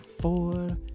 four